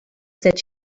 that